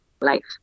life